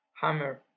hammer